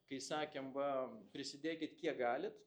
kai sakėm va prisidėkit kiek galit